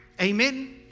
Amen